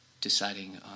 deciding